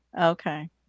Okay